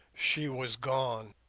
she was gone